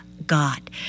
God